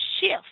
shift